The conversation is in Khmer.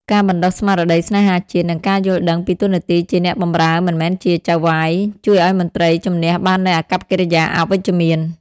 ការបណ្តុះស្មារតីស្នេហាជាតិ និងការយល់ដឹងពីតួនាទីជា "អ្នកបម្រើ" មិនមែនជា "ចៅហ្វាយ" ជួយឱ្យមន្ត្រីជំនះបាននូវអាកប្បកិរិយាអវិជ្ជមាន។